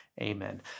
amen